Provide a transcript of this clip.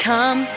Come